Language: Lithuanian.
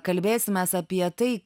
kalbėsimės apie tai